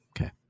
Okay